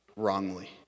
wrongly